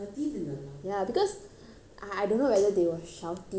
I I don't know whether they were shouting or what they were saying in chinese but